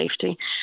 safety